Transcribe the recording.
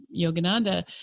Yogananda